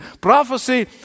Prophecy